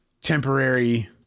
temporary